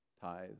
tithes